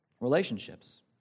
relationships